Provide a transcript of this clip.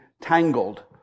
Tangled